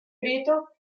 prieto